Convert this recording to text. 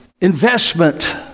investment